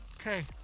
Okay